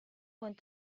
want